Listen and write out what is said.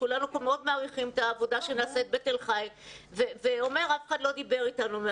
שכולם מעריכים את העבודה שנעשית בתל חי ואומר שאף אחד לא דיבר אתם.